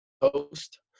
post